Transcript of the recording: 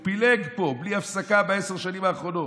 הוא פילג פה בלי הפסקה בעשר השנים האחרונות,